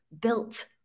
built